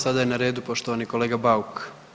Sada je na redu poštovani kolega Bauk.